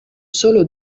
solo